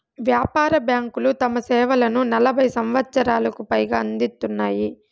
వ్యాపార బ్యాంకులు తమ సేవలను నలభై సంవచ్చరాలకు పైగా అందిత్తున్నాయి